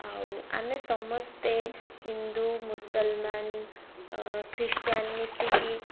ଆଉ ଆମେ ସମସ୍ତେ ହିନ୍ଦୁ ମୁସଲମାନ୍ ଖ୍ରୀଷ୍ଟିୟାନ୍ ମିଶିକି